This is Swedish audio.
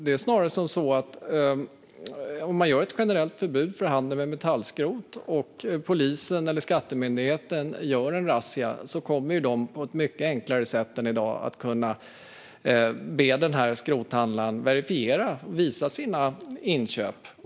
Det är snarare så att om man inför ett generellt kontantförbud för handel med metallskrot och polisen eller Skattemyndigheten gör en razzia kommer de på ett mycket enklare sätt än i dag att kunna be skrothandlaren att verifiera och visa sina inköp.